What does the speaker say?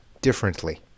differently